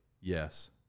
Yes